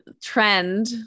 trend